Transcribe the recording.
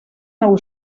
nou